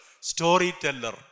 storyteller